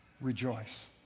rejoice